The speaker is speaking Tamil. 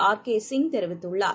ஆர் கேசிங் தெரிவித்துள்ளார்